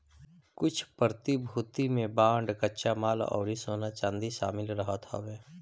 कुछ प्रतिभूति में बांड कच्चा माल अउरी सोना चांदी शामिल रहत हवे